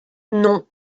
non